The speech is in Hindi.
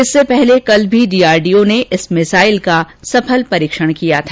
इससे पहले कल भी डीआरडीओ ने इस मिसाइल का सफल परीक्षण किया था